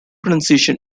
pronunciation